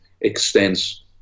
extends